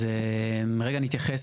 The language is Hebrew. אז רגע נתייחס.